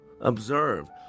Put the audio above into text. Observe